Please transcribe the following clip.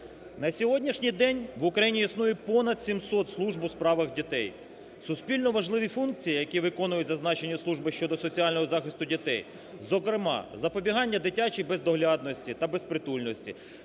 На сьогоднішній день в Україні існує понад 700 служб у справах дітей, суспільно-важливі функції, які виконують зазначені служби щодо соціального статусу дітей, зокрема, запобігання дитячій бездоглядності та безпритульності,